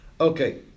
Okay